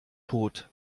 tot